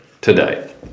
today